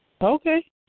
Okay